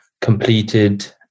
completed